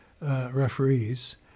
referees